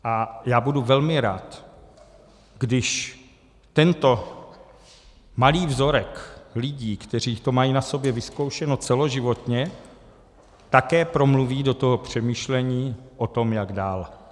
A já budu velmi rád, když tento malý vzorek lidí, kteří to mají na sobě vyzkoušeno celoživotně, také promluví do toho přemýšlení o tom, jak dál.